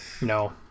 No